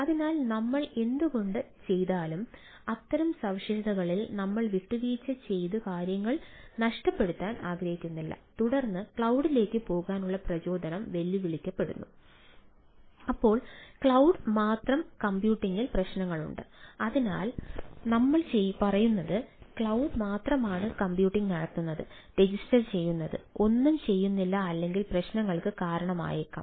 അതിനാൽ നമ്മൾ എന്തുതന്നെ ചെയ്താലും അത്തരം സവിശേഷതകളിൽ നമ്മൾ വിട്ടുവീഴ്ച ചെയ്തു കാര്യങ്ങൾ നഷ്ടപ്പെടുത്താൻ ആഗ്രഹിക്കുന്നില്ല തുടർന്ന് ക്ലൌഡിലേക്ക് പോകാനുള്ള പ്രചോദനം വെല്ലുവിളിക്കപ്പെടാം